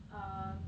uh